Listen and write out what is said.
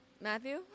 Matthew